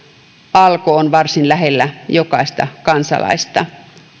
alko on varsin lähellä jokaista kansalaista